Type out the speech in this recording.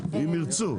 אם ירצו.